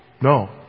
No